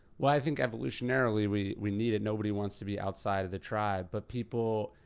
well, i think evolutionarily, we we need it, nobody wants to be outside of the tribe. but people,